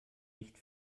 nicht